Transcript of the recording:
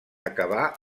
acabà